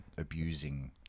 Abusing